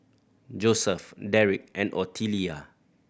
Joeseph Derick and Otelia